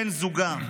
בן זוגה.